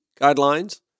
guidelines